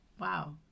Wow